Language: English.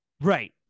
Right